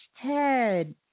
Ted